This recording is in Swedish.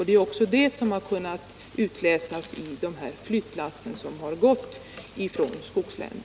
Det har också kunnat utläsas av de flyttlass som har gått från skogslänen.